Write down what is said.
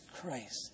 Christ